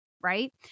right